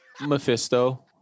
Mephisto